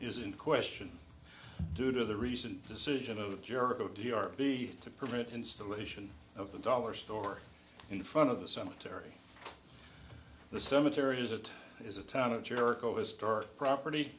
is in question due to the recent decision of jericho d r p to permit installation of the dollar store in front of the cemetery the cemetery is it is a town of jericho historic property